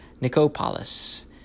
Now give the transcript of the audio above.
Nicopolis